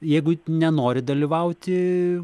jeigu nenori dalyvauti